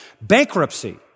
Bankruptcy